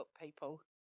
people